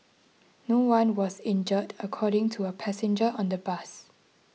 no one was injured according to a passenger on the bus